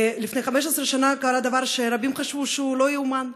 לפני 15 שנה קרה דבר שרבים חשבו שהוא לא יאומן,